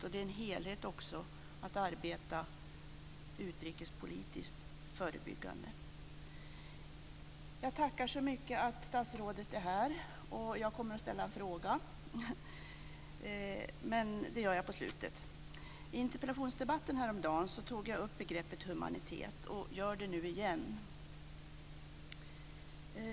Det är också en helhet att arbeta utrikespolitiskt förebyggande. Jag tackar så mycket för att statsrådet är här. Jag kommer att ställa en fråga, men det gör jag i slutet av mitt anförande. I interpellationsdebatten häromdagen tog jag upp begreppet humanitet och gör det nu igen.